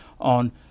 on